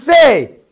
say